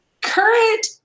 current